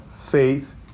faith